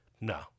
no